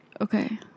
okay